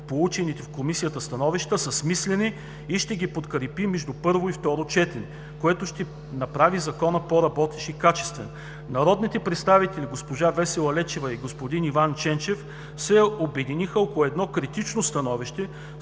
получените в Комисията становища са смислени и ще ги подкрепи между първо и второ четене, което ще направи Закона по-работещ и качествен. Народните представители госпожа Весела Лечева и господин Иван Ченчев се обединиха около едно критично становище,